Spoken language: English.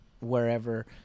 wherever